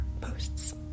posts